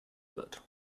wird